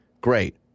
Great